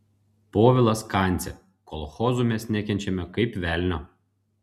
povilas kancė kolchozų mes nekenčiame kaip velnio